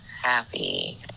happy